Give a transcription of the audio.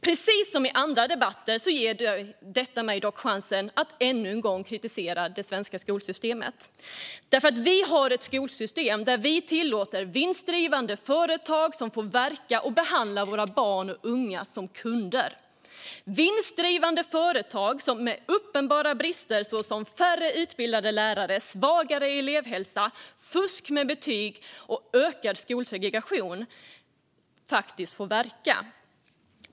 Precis som i andra debatter ger dock detta mig chansen att ännu en gång kritisera det svenska skolsystemet. Vi har ett skolsystem där vi tillåter vinstdrivande företag som får verka och behandla våra barn och unga som kunder - vinstdrivande företag som med uppenbara brister, såsom färre utbildade lärare, svagare elevhälsa, fusk med betyg och ökad skolsegregation, ändå får verka.